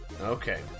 Okay